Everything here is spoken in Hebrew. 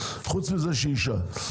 חוץ מזה שהיא אישה,